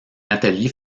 atelier